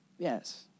Yes